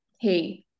hey